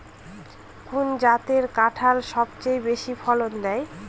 কোন জাতের কাঁঠাল সবচেয়ে বেশি ফলন দেয়?